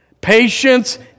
Patience